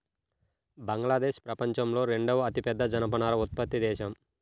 బంగ్లాదేశ్ ప్రపంచంలో రెండవ అతిపెద్ద జనపనార ఉత్పత్తి దేశం